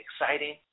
exciting